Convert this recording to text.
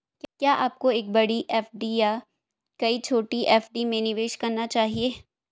क्या आपको एक बड़ी एफ.डी या कई छोटी एफ.डी में निवेश करना चाहिए?